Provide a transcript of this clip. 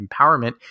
empowerment